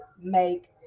make